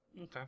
Okay